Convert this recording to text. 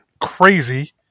crazy